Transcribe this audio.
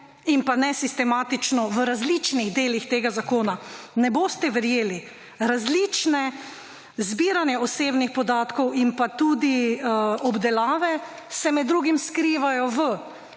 in pa nesistematično v različnih delih tega zakona. Ne boste verjeli, različno zbiranje osebnih podatkov in pa tudi obdelave se med drugim skrivajo v